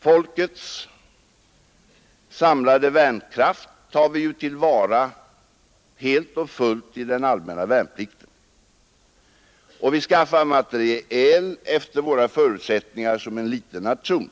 Folkets samlade värnkraft tar vi ju till vara helt och fullt i den allmänna värnplikten, och vi skaffar materiel efter våra förutsättningar som en liten nation.